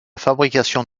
fabrication